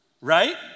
right